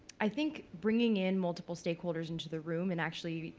i think bringing in multiple stakeholders into the room and actually,